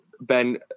Ben